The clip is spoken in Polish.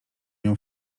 nią